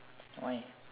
why